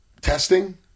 testing